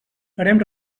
farem